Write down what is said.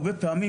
הרבה פעמים,